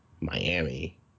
Miami